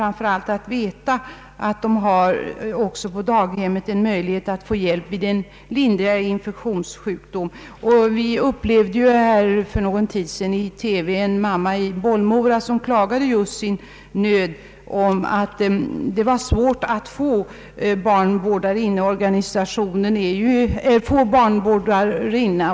De vet då att de har möjlighet att på daghemmet få hjälp vid en lindrigare infektionssjukdom. Vi upplevde för någon tid sedan i TV att en mamma i Bollmora klagade sin nöd och sade att inte kunde daghemmet hjälpa henne och att det var svårt att få barnvårdarinna.